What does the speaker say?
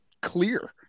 clear